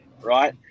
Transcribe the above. Right